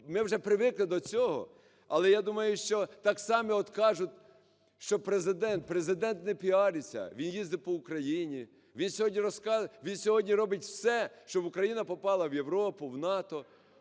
ми вже привикли до цього. Але я думаю, що, так само от кажуть, що Президент. Президент не піариться, він їздить по Україні, він сьогодні робить все, щоб Україна попала в Європу, в НАТО.